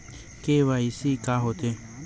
KYC का होथे?